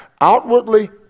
outwardly